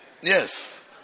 Yes